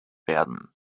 werden